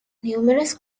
numerous